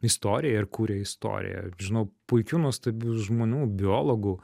istoriją ir kuria istoriją žinau puikių nuostabių žmonių biologų